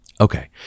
Okay